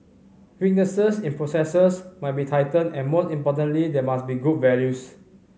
weaknesses in processes must be tightened and most importantly there must be good values